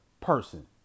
person